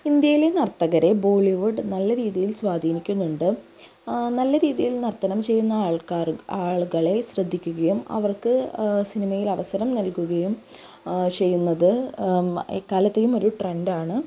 ഇന്ത്യയിലെ നർത്തകരെ ബോളിവുഡ് നല്ല രീതിയിൽ സ്വാധീനിക്കുന്നുണ്ട് നല്ല രീതിയിൽ നർത്തനം ചെയ്യുന്ന ആൾക്കാരും ആളുകളെ ശ്രദ്ധിക്കുകയും അവർക്ക് സിനിമയിൽ അവസരം നൾകുകയും ചെയ്യുന്നത് എക്കാലത്തെയും ഒരു ട്രെൻഡ് ആണ്